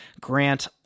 Grant